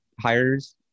hires